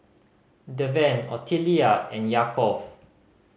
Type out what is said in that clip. Deven Ottilia and Yaakov